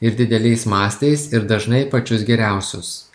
ir dideliais mąstais ir dažnai pačius geriausius